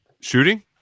Shooting